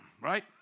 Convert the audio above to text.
right